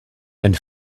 and